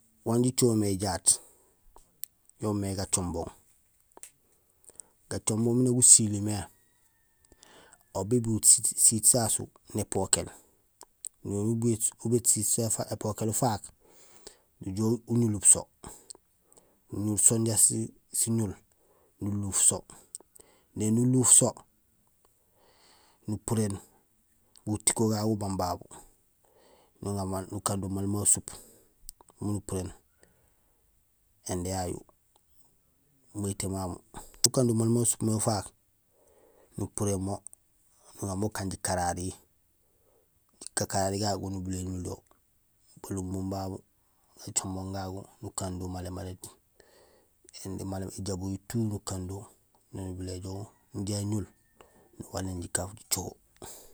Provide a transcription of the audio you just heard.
Wan jicohomé jaat womé gacombong, gacombong miin nak gusilimé: aw bébéét siit sasu népokéél, néni ubéét siit sasu épokéél ufaak, nujoow uñul so. Uñul so inja siñul, nuluuf so; néni uluuf so nupuréén gutiko gagu ubang babu nuŋa maal, nukando maal ma suup miin upuréén indé yayu; mayitee mamu. Ukando maal ma suup mé ufaak, nupuréén mo miin uŋa mo ukaan jikarari; gakarari do noñumé éñul do balumbung babu; gacombong gagu, nakaan do malémalét indé, éjobohi tout nukando mé ñumé éjoow inja ñul nuwaléén jikaaf jicoho.